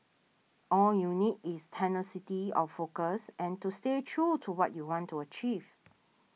all you need is tenacity of focus and to stay true to what you want to achieve